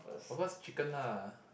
of course chicken lah